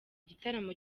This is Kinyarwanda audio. igitaramo